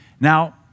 Now